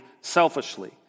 selfishly